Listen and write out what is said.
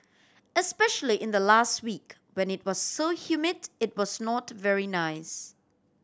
especially in the last week when it was so humid it was not very nice